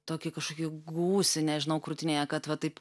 tokį kažkokį gūsį nežinau krūtinėje kad va taip